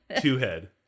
Two-head